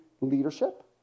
leadership